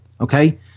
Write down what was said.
Okay